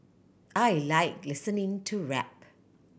I like listening to rap